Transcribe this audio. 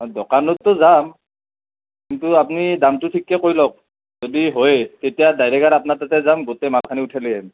নহয় দকানতটো যাম কিন্তু আপুনি দামটো ঠিককৈ কৈ লওক যদি হয় তেতিয়া ডাইৰেক্ট আৰু আপোনাৰ তাতে যাম গোটেই মালখিনি উঠে লৈ আহিম